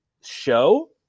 show